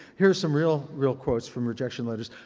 here's some real real quotes from rejection letters.